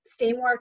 Steamworks